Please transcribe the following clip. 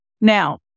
Now